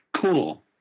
cool